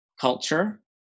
culture